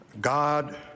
God